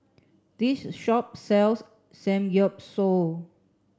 this shop sells Samgeyopsal